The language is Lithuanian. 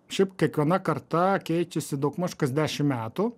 šiaip kiekviena karta keičiasi daugmaž kas dešim metų